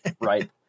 right